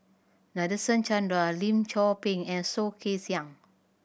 Nadasen Chandra Lim Chor Pee and Soh Kay Siang